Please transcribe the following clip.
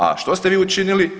A što ste vi učinili?